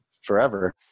forever